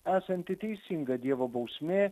esanti teisinga dievo bausmė